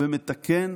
ומתקן